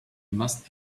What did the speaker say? must